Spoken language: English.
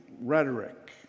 rhetoric